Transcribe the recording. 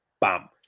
Bam